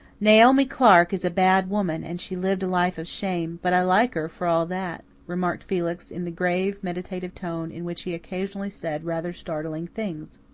naomi clark is a bad woman and she lived a life of shame, but i like her, for all that, remarked felix, in the grave, meditative tone in which he occasionally said rather startling things.